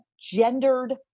gendered